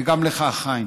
וגם לך, חיים: